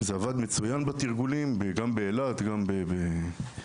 זה עבד מצוין בתרגולים, גם באילת, גם בצפון.